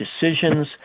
decisions